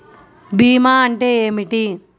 భీమా అంటే ఏమిటి?